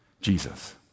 Jesus